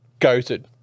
goated